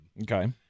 Okay